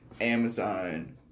Amazon